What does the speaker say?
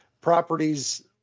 properties